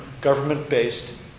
government-based